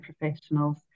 professionals